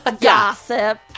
gossip